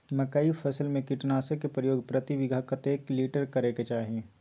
मकई फसल में कीटनासक के प्रयोग प्रति बीघा कतेक लीटर करय के चाही?